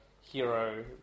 hero